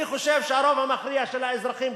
אני חושב שהרוב המכריע של האזרחים,